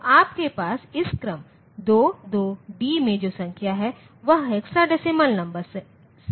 तो आपके पास इस क्रम 22D में जो संख्या है वह हेक्साडेसिमल नंबर सिस्टम में संख्या है